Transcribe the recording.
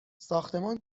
ساختمان